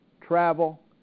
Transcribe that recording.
travel